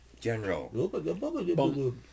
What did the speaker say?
general